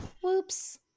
whoops